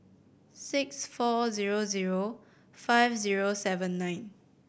six four zero zero five zero seven nine